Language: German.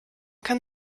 kann